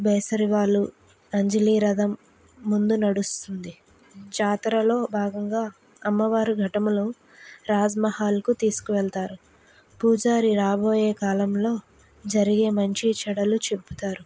బేసరి వాళ్లు అంజలి రథం ముందు నడుస్తుంది జాతరలో భాగంగా అమ్మవారు ఘటములో రాజ్ మహల్కు తీసుకువెళ్తారు పూజారి రాబోయే కాలంలో జరిగే మంచి చెడలు చెబుతారు